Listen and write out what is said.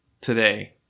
today